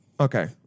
Okay